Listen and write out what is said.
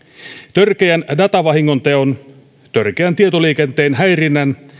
törkeän datavahingonteon törkeän tietoliikenteen häirinnän